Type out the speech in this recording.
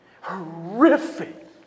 horrific